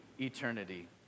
eternity